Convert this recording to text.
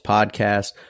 Podcast